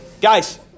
guys